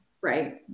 Right